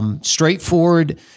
Straightforward